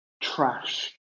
trash